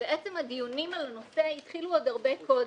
בעצם הדיונים על הנושא התחילו עוד הרבה קודם.